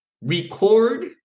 record